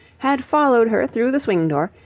had followed her through the swing-door,